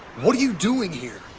what are you doing here?